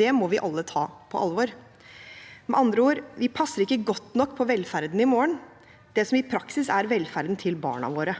Det må vi alle ta på alvor. Med andre ord: Vi passer ikke godt nok på velferden i morgen – det som i praksis er velferden til barna våre.